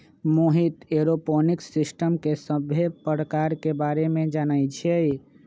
Mohit aeroponics system के सभ्भे परकार के बारे मे जानई छई